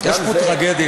יש פה טרגדיה.